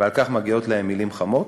ועל כך מגיעות להם מילים חמות.